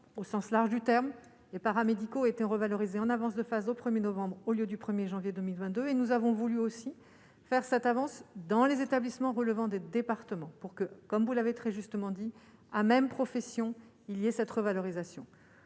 au sens large du terme, les paramédicaux étaient revalorisées en avance de phase au 1er novembre au lieu du 1er janvier 2022, et nous avons voulu aussi faire cette avance dans les établissements relevant des départements pour que, comme vous l'avez très justement dit a même profession il y a cette revalorisation